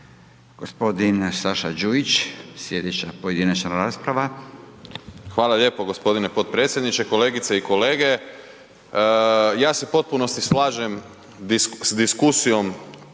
Gospodin Saša Đujić, slijedeća pojedinačna rasprava. **Đujić, Saša (SDP)** Hvala lijepo gospodine potpredsjedniče. Kolegice i kolege ja se u potpunosti slažem s diskusijom